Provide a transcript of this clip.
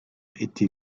était